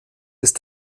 ist